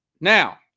Now